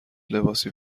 لباسی